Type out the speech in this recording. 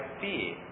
fear